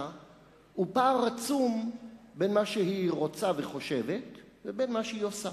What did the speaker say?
היא פער עצום בין מה שהיא רוצה וחושבת לבין מה שהיא עושה.